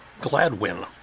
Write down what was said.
Gladwin